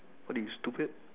what are you stupid